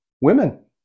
women